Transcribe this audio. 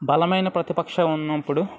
బలమైన ప్రతిపక్షం ఉన్నప్పుడు